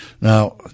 Now